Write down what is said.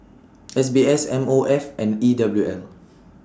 S B S M O F and E W M